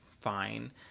fine